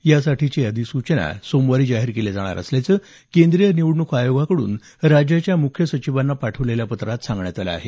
यासाठीची अधिसूचना सोमवारी जाहीर केली जाणार असल्याचं केंद्रीय निवडणूक आयोगाकडून राज्याच्या मुख्य सचिवांना पाठवलेल्या पत्रात सांगण्यात आलं आहे